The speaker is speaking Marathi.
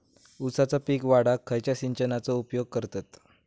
ऊसाचा पीक वाढाक खयच्या सिंचनाचो उपयोग करतत?